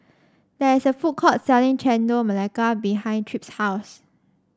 there is a food court selling Chendol Melaka behind Tripp's house